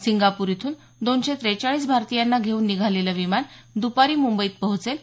Singapore इथून दोनशे ट्रेचाळीस भारतीयांना घेऊन निघालेलं विमान द्पारी मुंबईत पोहचेल